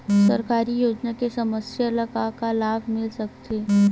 सरकारी योजना ले समस्या ल का का लाभ मिल सकते?